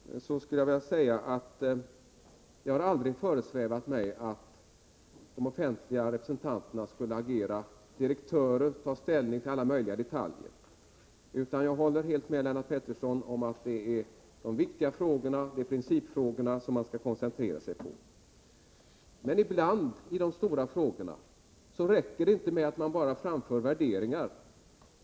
Men det har aldrig föresvävat mig att de offentliga representanterna skulle agera direktörer och ta ställning till alla möjliga detaljer. Jag håller med Lennart Pettersson om att det är principfrågorna som man skall koncentrera sig på. Men ibland, i de stora frågorna, räcker det inte med att bara framföra värderingar.